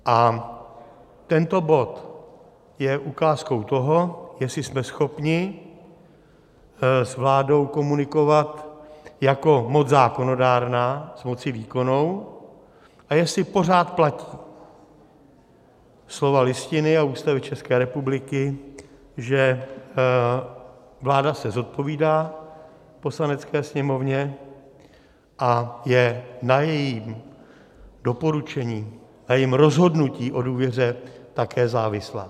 A tento bod je ukázkou toho, jestli jsme schopni s vládou komunikovat jako moc zákonodárná s mocí výkonnou a jestli pořád platí slova Listiny a Ústavy České republiky, že vláda se zodpovídá Poslanecké sněmovně a je na jejím doporučení, na jejím rozhodnutí o důvěře také závislá.